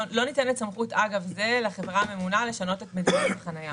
לא ניתנת סמכות אגב זה לחברה הממונה לשנות את מדיניות החנייה.